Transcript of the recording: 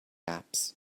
apps